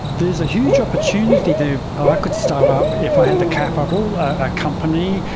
there's a huge opportunity there ah i could start up if i had the capital, a company,